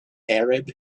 arab